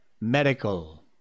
medical